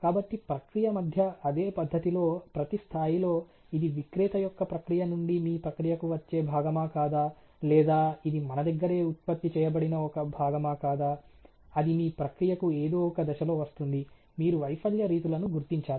కాబట్టి ప్రక్రియ మధ్య అదే పద్ధతిలో ప్రతి స్థాయిలో ఇది విక్రేత యొక్క ప్రక్రియ నుండి మీ ప్రక్రియకు వచ్చే భాగమా కాదా లేదా ఇది మన దగ్గరే ఉత్పత్తి చేయబడిన ఒక భాగమా కాదా అది మీ ప్రక్రియకు ఏదో ఒక దశలో వస్తుంది మీరు వైఫల్య రీతులను గుర్తించాలి